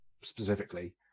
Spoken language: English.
specifically